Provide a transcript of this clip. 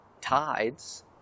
tides